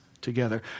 together